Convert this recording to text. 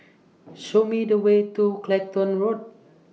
Show Me The Way to Clacton Road